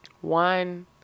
One